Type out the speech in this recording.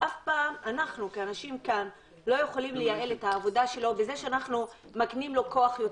אנחנו כאן לא יכולים לייעל את העבודה שלו בזה שאנחנו מקנים לו יותר כוח.